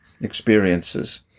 experiences